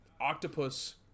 Octopus